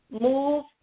move